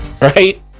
right